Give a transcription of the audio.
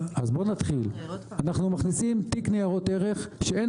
אנחנו מכניסים תיק ניירות ערך שאין